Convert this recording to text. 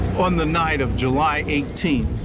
on the night of july eighteen,